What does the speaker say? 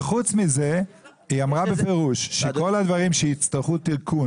וחוץ מזה היא אמרה בפירוש שכל הדברים שיצטרכו תיקון